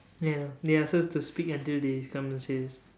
ya they ask us to speak until they come and see us